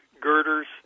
girders